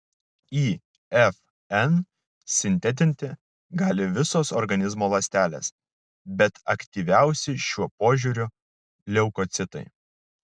ifn sintetinti gali visos organizmo ląstelės bet aktyviausi šiuo požiūriu leukocitai